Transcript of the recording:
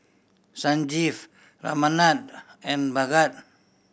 Sanjeev Ramanand and Bhagat